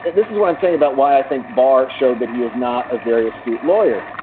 this is what i'm saying about why i think barr showed that he is not a very astute lawyer.